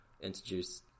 introduce